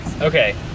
Okay